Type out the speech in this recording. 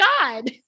God